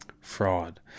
Fraud